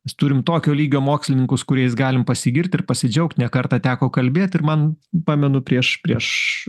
mes turim tokio lygio mokslininkus kuriais galim pasigirt ir pasidžiaugt ne kartą teko kalbėt ir man pamenu prieš prieš